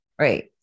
Right